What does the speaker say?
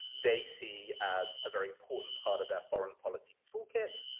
they see as a very important part of their foreign policy toolkit.